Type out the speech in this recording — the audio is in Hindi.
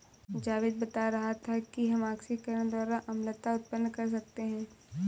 जावेद बता रहा था कि हम ऑक्सीकरण द्वारा अम्लता उत्पन्न कर सकते हैं